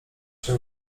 się